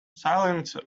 silence